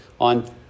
on